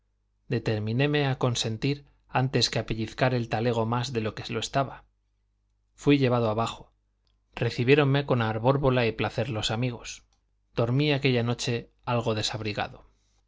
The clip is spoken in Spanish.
allá determinéme a consentir antes que a pellizcar el talego más de lo que lo estaba fui llevado abajo recibiéronme con arbórbola y placer los amigos dormí aquella noche algo desabrigado